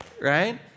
right